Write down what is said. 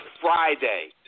Friday